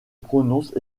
prononce